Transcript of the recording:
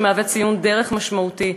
שמהווה ציון דרך משמעותי.